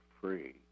free